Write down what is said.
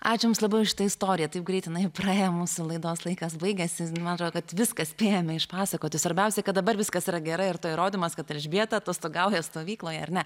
ačiū jums labai už šitą istoriją taip greit jinai praėjo mūsų laidos laikas baigėsi man atrodo kad viską spėjome išpasakoti svarbiausia kad dabar viskas yra gerai ir to įrodymas kad elžbieta atostogauja stovykloje ar ne